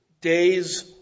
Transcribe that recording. days